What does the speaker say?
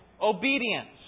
obedience